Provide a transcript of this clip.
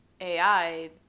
ai